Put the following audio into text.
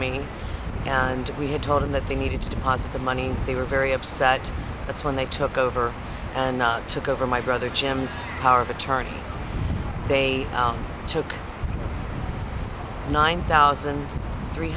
me and we had told them that they needed to deposit the money they were very upset that's when they took over and took over my brother jim power of attorney they took nine thousand three